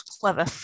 clever